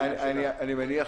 אני מניח